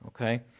okay